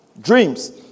Dreams